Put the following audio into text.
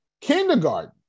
Kindergarten